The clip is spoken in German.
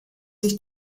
sich